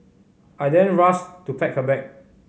I then rushed to pack her bag